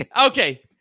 Okay